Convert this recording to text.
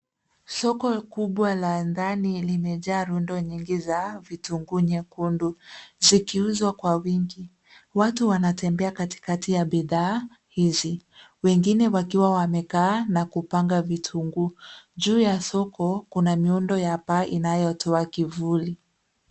Soko kubwa la ndani limejaa rundo nyingi za vitunguu nyekundu zikiuzwa kwa wingi watu wanatembea katikati ya bidhaa hizi wengine wakiwa wamekaa na kupanga vitunguu juu ya soko kuna nyondo ya paa inayotoa kivuli.